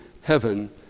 heaven